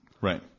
Right